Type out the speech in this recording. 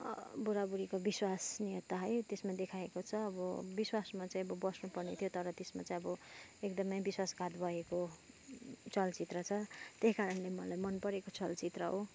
बुढाबुढीको विश्वासनियता है त्यसमा देखाएको छ अब विश्वासमा चाहिँ बस्नुपर्ने थियो तर त्यसमा चाहिँ अब एकदमै विश्वासघात भएको चलचित्र छ त्यही कारणले मलाई मन परेको चलचित्र हो